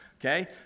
okay